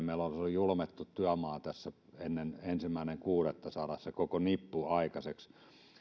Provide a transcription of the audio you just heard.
julmettu työmaa tässä ennen ensimmäinen kuudetta saada se koko nippu aikaiseksi